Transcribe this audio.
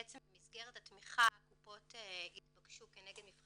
בעצם במסגרת התמיכה הקופות התבקשו כנגד מבחן